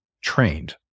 trained